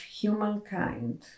humankind